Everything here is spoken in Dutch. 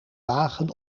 wagen